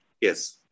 Yes